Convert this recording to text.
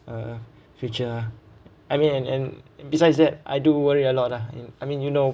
uh future ah I mean and and besides that I do worry a lot ah I mean you know